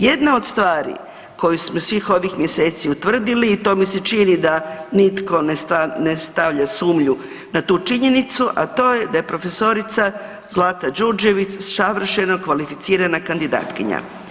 Jedna od stvari koju smo svih ovih mjeseci utvrdili i to mi se čini da nitko ne stavlja sumnju na tu činjenicu, a to je da je prof. Zlata Đurđević savršeno kvalificirana kandidatkinja.